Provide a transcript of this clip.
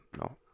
no